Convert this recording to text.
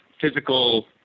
physical